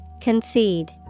Concede